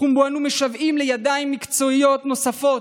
תחום שבו אנו משוועים לידיים מקצועיות נוספות,